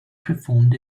performed